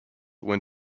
when